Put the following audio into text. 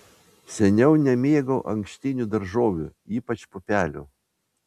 seniau nemėgau ankštinių daržovių ypač pupelių